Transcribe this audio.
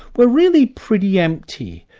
were really pretty empty.